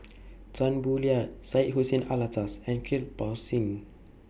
Tan Boo Liat Syed Hussein Alatas and Kirpal Singh